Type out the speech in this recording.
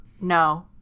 No